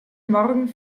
morgen